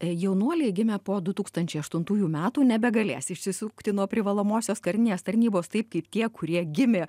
jaunuoliai gimę po du tūkstančiai aštuntųjų metų nebegalės išsisukti nuo privalomosios karinės tarnybos taip kaip tie kurie gimė